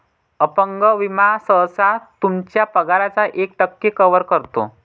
अपंगत्व विमा सहसा तुमच्या पगाराच्या एक टक्के कव्हर करतो